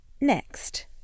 Next